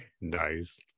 Nice